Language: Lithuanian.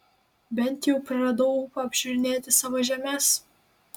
bent jau praradau ūpą apžiūrinėti savo žemes